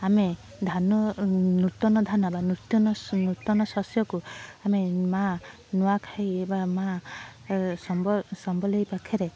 ଆମେ ଧାନ ନୂତନ ଧାନ ବା ନୂତନ ଶ ନୂତନ ଶସ୍ୟକୁ ଆମେ ମାଆ ନୂଆଖାଇ ବା ମାଆ ସମଲେଇ ପାଖରେ